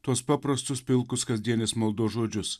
tuos paprastus pilkus kasdienės maldos žodžius